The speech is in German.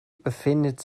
befindet